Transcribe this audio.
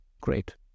great